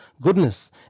goodness